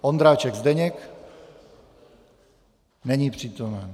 Ondráček Zdeněk: Není přítomen.